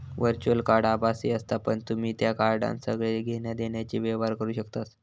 virtual card आभासी असता पण तुम्ही त्या कार्डान सगळे घेण्या देण्याचे व्यवहार करू शकतास